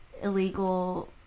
illegal